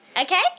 Okay